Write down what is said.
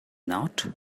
not